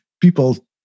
people